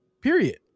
Period